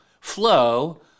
flow